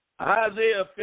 Isaiah